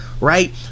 right